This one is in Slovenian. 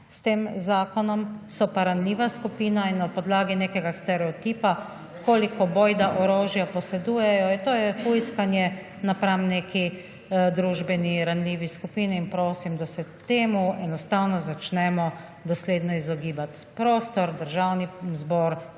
s tem zakonom so pa ranljiva skupina in na podlagi nekega stereotipa koliko boj, da orožja posedujejo to je hujskanje napam neki družbeni ranljivi skupini in prosim, da se temu enostavno začnemo dosledno izogibati. Prostor v Državni zbor